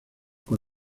con